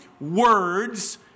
words